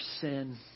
sin